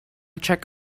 check